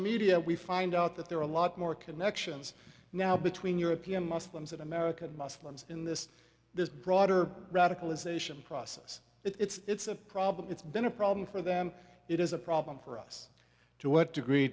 media we find out that there are a lot more connections now between european muslims and american muslims in this this broader radicalization process it's a problem it's been a problem for them it is a problem for us to what degree